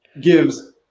gives